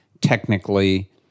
technically